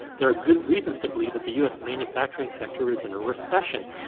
there are good reasons to believe that the u s. manufacturing sector is in a recession.